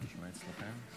להלן הרשימה.